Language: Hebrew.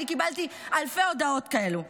אני קיבלתי אלפי הודעות כאלו.